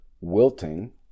wilting